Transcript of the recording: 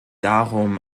darum